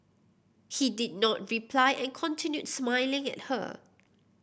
he did not reply and continued smiling at her